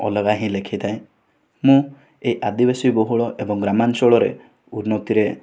ଅଲଗା ହିଁ ଲେଖିଥାଏ ମୁଁ ଏହି ଆଦିବାସୀ ବହୁଳ ଏବଂ ଗ୍ରାମାଞ୍ଚଳରେ ଉନ୍ନତିରେ